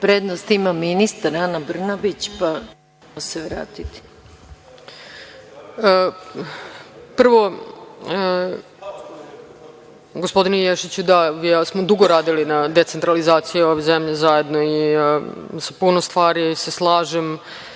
Prednost ima ministar Ana Brnabić. **Ana Brnabić** Prvo, gospodine Ješiću, vi i ja smo dugo radili na decentralizaciji u ovoj zemlji zajedno i sa puno stvari se slažem.